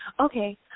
okay